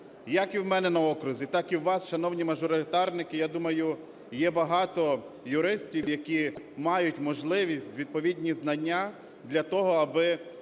Як і в мене на окрузі, так і у вас, шановні мажоритарники, я думаю, є багато юристів, які мають можливість, відповідні знання для того аби